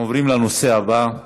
אנחנו עוברים לנושא הבא.